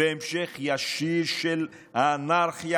והמשך ישיר של אנרכיה,